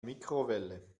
mikrowelle